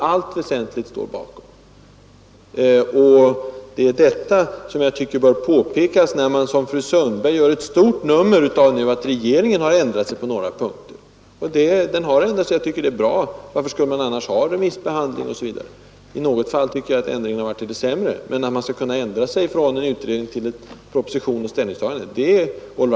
Det är detta som jag tycker bör påpekas, när fru Sundberg gör ett stort nummer av att regeringen har ändrat sig på några punkter. Jag anser att det är bra att regeringen kan ändra sig, varför skulle man annars ha remissbehandling osv.? I något fall tycker jag att ändringen har varit till det sämre, men att regeringen i en proposition skall kunna ändra sig i förhållande till ett utredningsförslag är all right.